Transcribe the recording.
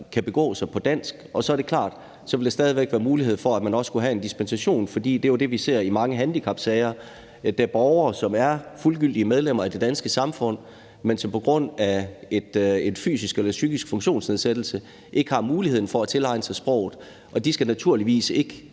kan begå sig på dansk. Så er det klart, at der stadig væk vil være mulighed for, at man kunne få en dispensation, for det er jo det, vi ser i mange handicapsager. Det er borgere, som er fuldgyldige medlemmer af det danske samfund, men som på grund af en fysisk eller psykisk funktionsnedsættelse ikke har muligheden for at tilegne sig sproget. De skal naturligvis ikke